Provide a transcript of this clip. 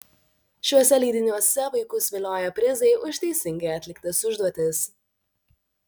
šiuose leidiniuose vaikus vilioja prizai už teisingai atliktas užduotis